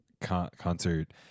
concert